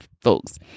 folks